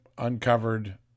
uncovered